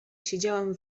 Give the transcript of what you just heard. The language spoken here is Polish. siedziałem